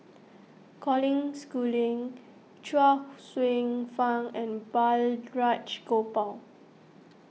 Colin Schooling Chuang Hsueh Fang and Balraj Gopal